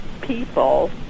people